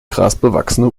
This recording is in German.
grasbewachsene